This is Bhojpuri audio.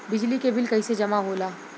बिजली के बिल कैसे जमा होला?